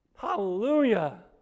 Hallelujah